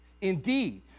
Indeed